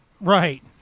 Right